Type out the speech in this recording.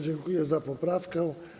Dziękuję za poprawkę.